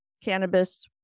cannabis